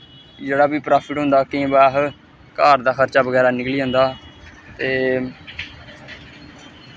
जेह्ड़ा बी प्राफिट होंदा केईं बारी अह् घर दा खर्चा बगैरा निकली जंदा ते